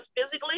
physically